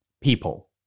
People